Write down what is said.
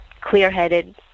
clear-headed